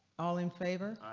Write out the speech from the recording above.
all in favor.